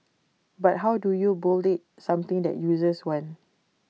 but how do you build something that users want